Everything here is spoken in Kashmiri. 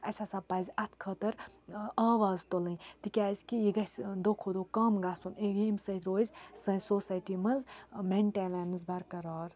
اَسہِ ہَسا پَزِ اَتھ خٲطر آواز تُلٕنۍ تِکیٛازِکہِ یہِ گژھِ دۄہ کھۄ دۄہ کَم گژھُن اے ییٚمہِ سۭتۍ روزِ سانہِ سوسایٹی منٛز مٮ۪نٹینٮ۪نٕس برقرار